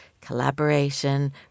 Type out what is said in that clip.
collaboration